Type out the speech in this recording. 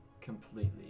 completely